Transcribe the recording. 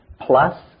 plus